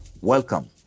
Welcome